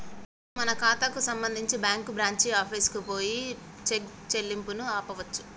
మన ఖాతాకు సంబంధించి బ్యాంకు బ్రాంచి ఆఫీసుకు పోయి చెక్ చెల్లింపును ఆపవచ్చు